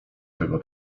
tego